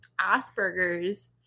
Asperger's